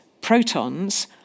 protons